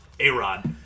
A-Rod